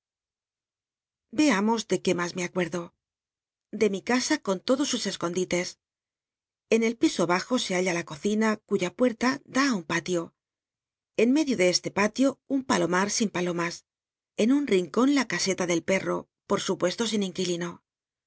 veamos de qu é mas me acu tdo l p mi casa con lodos sus escondite en el piso hnjo se halla la cocina cuya puerta da á un palio en med io de este palio un mloma t sin palomas rn un rincon la caseta del peno por supuesto sin inquilino